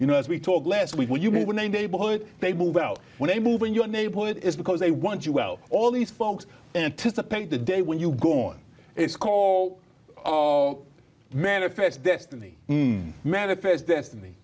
know as we talked last week when you know when a neighborhood they move out when they move in your neighborhood is because they want you well all these folks anticipate the day when you go on it's call manifest destiny manifest destiny